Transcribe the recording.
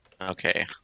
Okay